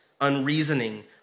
unreasoning